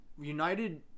United